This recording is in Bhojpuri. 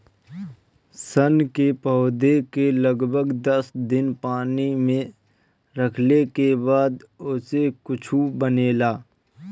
सन के पौधा के लगभग दस दिन पानी में रखले के बाद ओसे कुछू बनेला